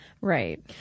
Right